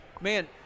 man